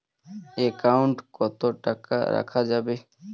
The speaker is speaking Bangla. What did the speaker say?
একাউন্ট কত টাকা রাখা যাবে?